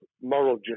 moral